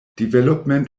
development